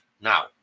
Now